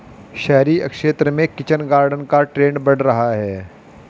शहरी क्षेत्र में किचन गार्डन का ट्रेंड बढ़ रहा है